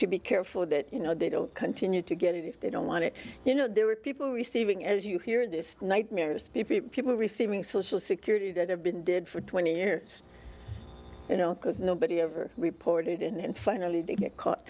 to be careful that you know they don't continue to get it if they don't want it you know there were people receiving as you hear this nightmares people receiving social security that have been dead for twenty years you know because nobody ever reported in and finally did get caught